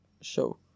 show